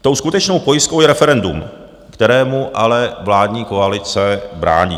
Tou skutečnou pojistkou je referendum, kterému ale vládní koalice brání.